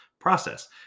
process